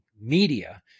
media